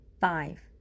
five